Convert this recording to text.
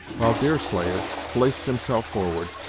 while deerslayer placed himself forward,